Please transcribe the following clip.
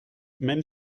même